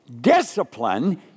Discipline